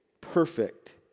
perfect